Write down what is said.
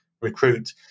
recruit